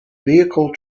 vehicle